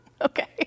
Okay